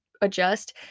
adjust